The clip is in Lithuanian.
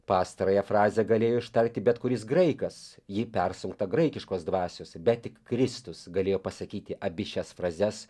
pastarąją frazę galėjo ištarti bet kuris graikas ji persunkta graikiškos dvasios bet tik kristus galėjo pasakyti abi šias frazes